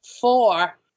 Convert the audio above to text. four